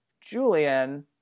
julian